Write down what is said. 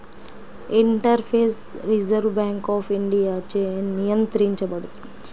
interface Reserve Bank of ఇండియాచే నియంత్రించబడుతుంది